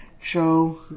Show